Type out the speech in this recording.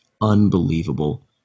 unbelievable